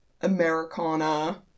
Americana